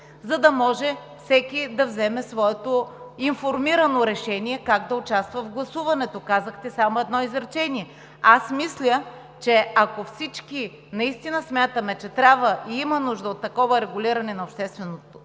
за да може всеки да вземе своето информирано решение как да участва в гласуването. Вие казахте само едно изречение. Аз мисля, че ако всички наистина смятаме, че трябва и има нужда от такова регулиране на обществените